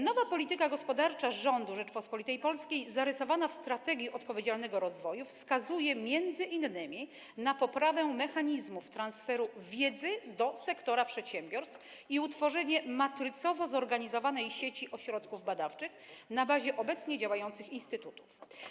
Nowa polityka gospodarcza rządu Rzeczypospolitej Polskiej zarysowana w „Strategii na rzecz odpowiedzialnego rozwoju” wskazuje m.in. na poprawę mechanizmów transferu wiedzy do sektora przedsiębiorstw i utworzenie matrycowo zorganizowanej sieci ośrodków badawczych na bazie obecnie działających instytutów.